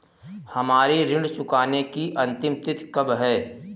हमारी ऋण चुकाने की अंतिम तिथि कब है?